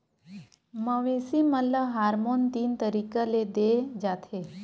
मवेसी मन ल हारमोन तीन तरीका ले दे जाथे